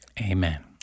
Amen